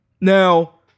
Now